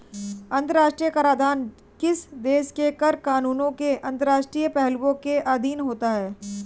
अंतर्राष्ट्रीय कराधान किसी देश के कर कानूनों के अंतर्राष्ट्रीय पहलुओं के अधीन होता है